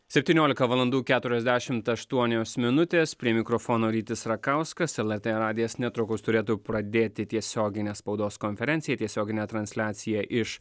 septyniolika valandų keturiasdešimt aštuonios minutės prie mikrofono rytis rakauskas lrt radijas netrukus turėtų pradėti tiesioginę spaudos konferenciją tiesioginę transliaciją iš